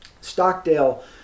Stockdale